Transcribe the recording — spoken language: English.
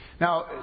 Now